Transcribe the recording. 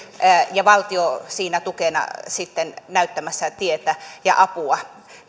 ja valtio siinä tukena sitten näyttämässä tietä ja apua